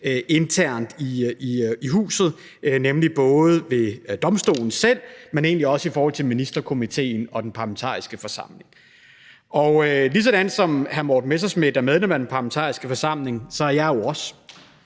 internt i huset, nemlig både ved domstolen selv, men egentlig også i forhold til Ministerkomitéen og den parlamentariske forsamling. Og ligesådan som hr. Morten Messerschmidt er medlem af den parlamentariske forsamling, er jeg det jo også,